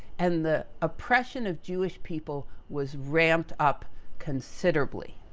and, the oppression of jewish people, was ramped up considerably.